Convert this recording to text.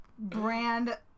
brand